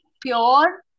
Pure